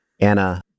Anna